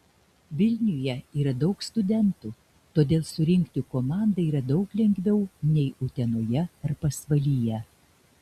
vilniuje yra daug studentų todėl surinkti komandą yra daug lengviau nei utenoje ar pasvalyje